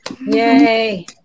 Yay